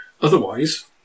otherwise